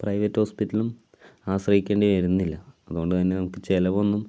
private ഹോസ്പിറ്റലും ആശ്രയിക്കേണ്ടി വരുന്നില്ല അതുകൊണ്ടുത്തന്നെ നമുക്ക് ചിലവൊന്നും